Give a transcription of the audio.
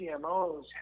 CMOs